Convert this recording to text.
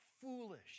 foolish